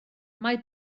mae